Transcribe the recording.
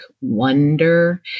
wonder